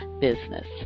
business